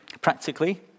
Practically